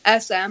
SM